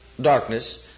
darkness